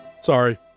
Sorry